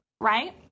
right